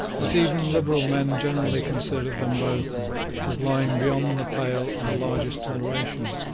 that even liberal men generally considered them both as lying beyond the pale of the largest toleration.